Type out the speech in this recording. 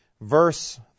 Verse